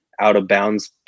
out-of-bounds